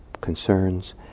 concerns